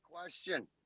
Question